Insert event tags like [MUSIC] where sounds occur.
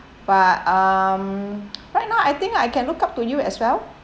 but um [NOISE] right now I think I can look up to you as well